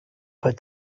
put